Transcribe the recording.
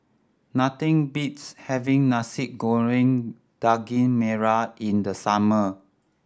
nothing beats having Nasi Goreng Daging Merah in the summer